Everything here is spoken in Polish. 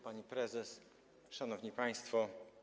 Pani Prezes! Szanowni Państwo!